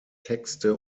texte